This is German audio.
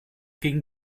gegen